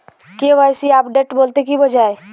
KYC update বলতে কি বোঝায়?